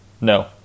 No